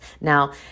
Now